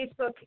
Facebook